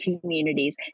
communities